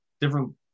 different